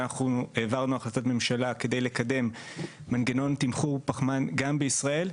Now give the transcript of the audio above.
ואנחנו העברנו החלטת ממשלה כדי לקדם מנגנון תמחור פחמן גם בישראל.